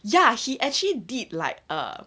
ya he actually did like err